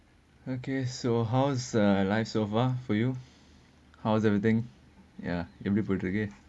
okay so how's uh life so far for you how's everything ya எப்படி போயிட்டுருக்கு இருக்கு:eppadi poyitturukku irukku